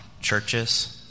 churches